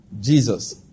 Jesus